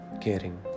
caring